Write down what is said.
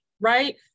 right